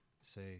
say